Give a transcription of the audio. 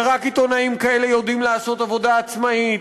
ורק עיתונאים כאלה יודעים לעשות עבודה עצמאית,